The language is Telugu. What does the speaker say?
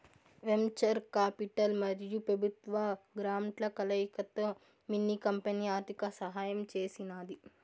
వెంచర్ కాపిటల్ మరియు పెబుత్వ గ్రాంట్ల కలయికతో మిన్ని కంపెనీ ఆర్థిక సహాయం చేసినాది